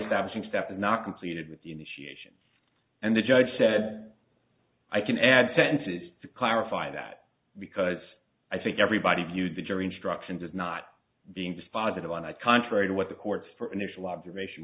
establishing step is not completed with the initiation and the judge said i can add sentences to clarify that because i think everybody viewed the jury instructions as not being dispositive on a contrary to what the court for initial observation